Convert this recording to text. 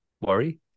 worry